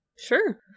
Sure